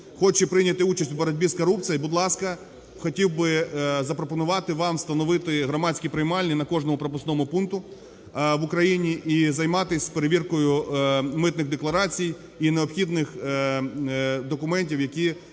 хоче прийняти участь в боротьбі з корупцією, будь ласка, хотів би запропонувати вам встановити громадські приймальні на кожному пропускному пункті в Україні і займатись перевіркою митних декларацій і необхідних документів, які